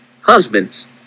Husbands